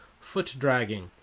foot-dragging